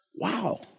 Wow